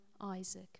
Isaac